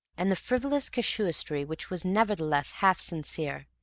and the frivolous casuistry which was nevertheless half sincere,